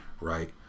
Right